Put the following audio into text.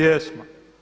Jesmo.